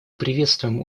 приветствуем